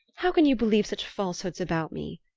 how can you believe such falsehoods about me?